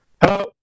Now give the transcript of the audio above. Hello